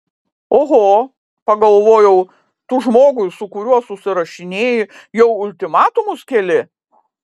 oho pagalvojau tu žmogui su kuriuo susirašinėji jau ultimatumus keli